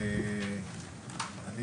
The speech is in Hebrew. שמעון, מנהל אגף הסעות.